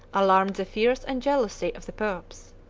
alarmed the fears and jealousy of the popes.